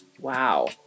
Wow